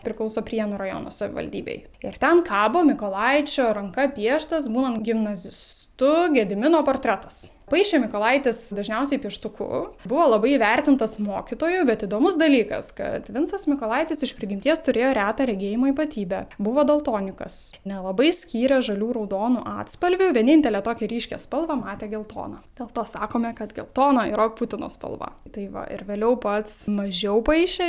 priklauso prienų rajono savivaldybei ir ten kabo mykolaičio ranka pieštas būnant gimnazistu gedimino portretas paišė mykolaitis dažniausiai pieštu buvo labai įvertintas mokytojų bet įdomus dalykas kad vincas mykolaitis iš prigimties turėjo retą regėjimo ypatybę buvo daltonikas nelabai skyrė žalių raudonų atspalvių vienintelę tokią ryškią spalvą matė geltoną dėl to sakome kad geltona yra putino spalva tai va ir vėliau pats mažiau paišė